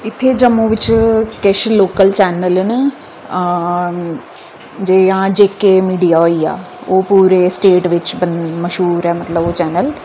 इत्थै जम्मू बिच किश लोकल चैनल न जि'यां जेके मिडिया होई गेआ ओह् पूरे स्टेट बिच मश्हूर ऐ मतलब ओह् चैनल